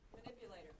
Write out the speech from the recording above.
Manipulator